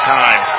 time